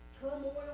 turmoil